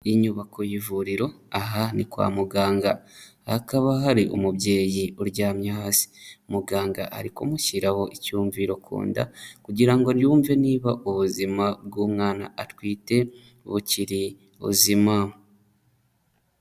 Inyubako y'ivuriro, aha ni kwa muganga. Hakaba hari umubyeyi uryamye hasi, muganga ari kumushyiraho icyumviro ku inda kugira ngo yumve niba ubuzima bw'umwana atwite bukiri buzima.